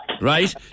Right